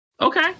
Okay